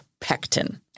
pectin